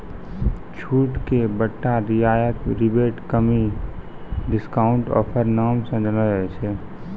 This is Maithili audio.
छूट के बट्टा रियायत रिबेट कमी डिस्काउंट ऑफर नाम से जानलो जाय छै